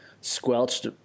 squelched